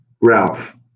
Ralph